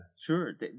sure